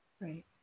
Right